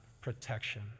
protection